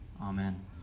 Amen